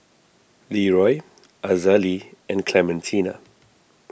Leroy Azalee and Clementina